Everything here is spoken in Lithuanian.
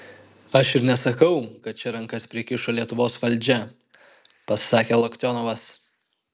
aš ir nesakau kad čia rankas prikišo lietuvos valdžia pasakė loktionovas